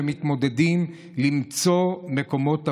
ומתמודדים למצוא מקומות עבודה.